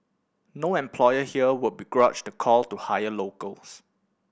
no employer here would begrudge the call to hire locals